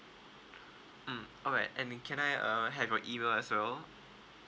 mm alright and can I uh have your email as well